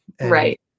Right